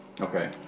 Okay